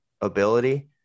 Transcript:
ability